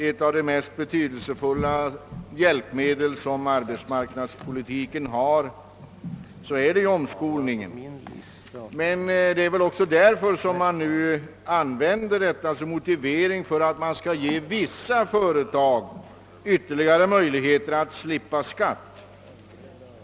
Ett av de mest betydelsefulla hjälpmedel som finns inom arbetsmarknadspolitiken är omskolningen. Det är väl därför denna nu används som motivering för att man skall ge vissa företag ytterligare möjligheter att slippa skatt.